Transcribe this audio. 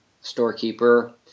storekeeper